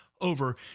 over